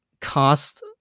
cost